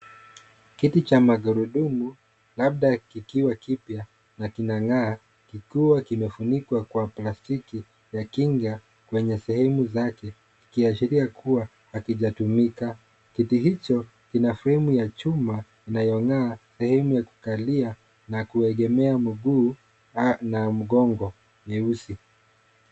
Kiti cha magurudumu labda kikiwa kipya na kinang'aa kikiwa kimefunikwa kwa plastiki ya kinga kwenye sehemu zake ikiashiria kuwa hakijatumika. Kiti hicho kina fremu ya chuma inayong'aa sehemu ya kukalia na kuegemea mguu na mgongo nyeusi.